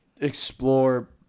explore